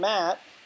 Matt